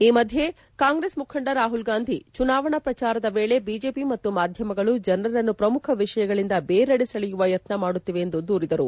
ಈ ಮಧ್ಯೆ ಕಾಂಗ್ರೆಸ್ ಮುಖಂಡ ರಾಹುಲ್ ಗಾಂಧಿ ಚುನಾವಣಾ ಪ್ರಚಾರದ ವೇಳೆ ಬಿಜೆಪಿ ಮತ್ತು ಮಾಧ್ಯಮಗಳು ಜನರನ್ನು ಪ್ರಮುಖ ವಿಷಯಗಳಿಂದ ಬೇರೆಡೆ ಸೆಳೆಯುವ ಯತ್ನ ಮಾಡುತ್ತಿವೆ ಎಂದು ದೂರಿದರು